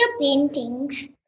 paintings